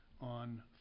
on